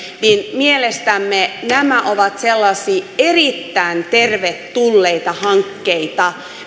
ja mielestämme nämä ovat sellaisia erittäin tervetulleita hankkeita